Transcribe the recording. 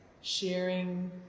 sharing